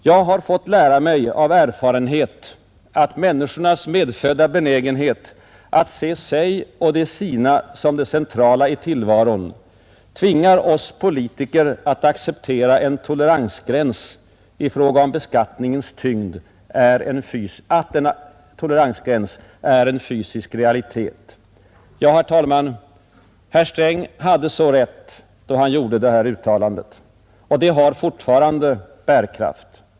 ”Jag har fått lära mig av erfarenhet att människornas medfödda benägenhet att se sig och de sina som det centrala i tillvaron tvingar oss politiker att acceptera att en toleransgräns i fråga om beskattningens tyngd är en fysisk realitet.” Ja, herr talman, herr Sträng hade så rätt då han gjorde detta uttalande. Det har fortfarande bärkraft.